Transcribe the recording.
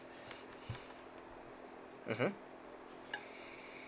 mmhmm